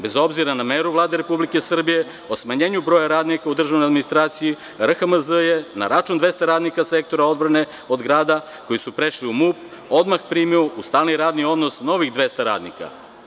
Bez obzira na meru Vlade Republike Srbije o smanjenju broja radnika u državnoj administraciji, RHMZ je na račun 200 radnika Sektora odbrane od grada, koji su prešli u MUP, odmah primio u stalni radni odnos novih 200 radnika.